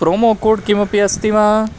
promo code किमपि अस्ति वा